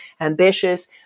ambitious